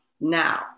Now